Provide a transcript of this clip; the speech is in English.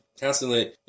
constantly